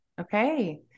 Okay